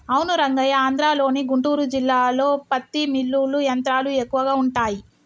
అవును రంగయ్య ఆంధ్రలోని గుంటూరు జిల్లాలో పత్తి మిల్లులు యంత్రాలు ఎక్కువగా ఉంటాయి